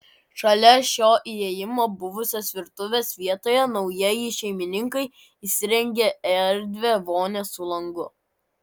šalia šio įėjimo buvusios virtuvės vietoje naujieji šeimininkai įsirengė erdvią vonią su langu